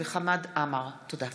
חמד עמאר ואלכס קושניר,